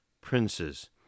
princes